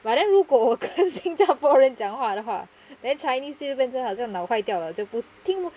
but then 如果我跟新加坡人讲话的话 then chinese 就这边好像脑坏掉了就不听不